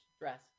dress